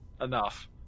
enough